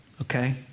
Okay